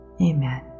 Amen